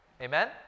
amen